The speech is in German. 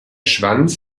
schwanz